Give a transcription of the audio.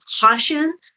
caution